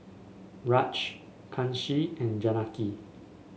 Raj Kanshi and Janaki